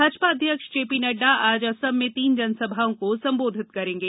भाजपा अध्यक्ष J P Nadda आज असम में तीन जनसभाओं को संबोधित करेंगे